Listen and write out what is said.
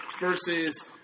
versus